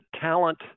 talent